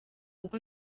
uko